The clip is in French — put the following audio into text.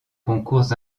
concours